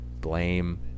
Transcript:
blame